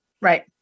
right